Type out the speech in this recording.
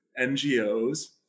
NGOs